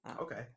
Okay